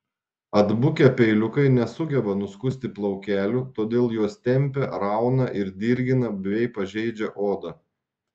atbukę peiliukai nesugeba nuskusti plaukelių todėl juos tempia rauna ir dirgina bei pažeidžia odą